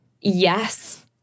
yes